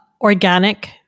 Organic